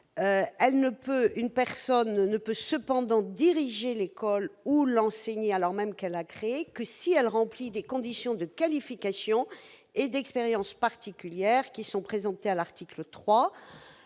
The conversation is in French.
Une personne ne peut cependant diriger l'école ou y enseigner, même si elle l'a créée, que si elle remplit les conditions de qualification et d'expérience particulières qui sont présentées à l'article 3.